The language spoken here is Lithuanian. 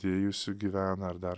dėjusių gyvena ar dar